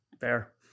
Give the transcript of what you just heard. Fair